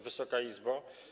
Wysoka Izbo!